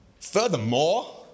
Furthermore